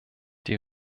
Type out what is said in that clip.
die